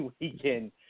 weekend